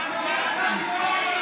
מתן כהנא.